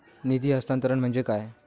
निधी हस्तांतरण म्हणजे काय?